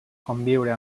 conviure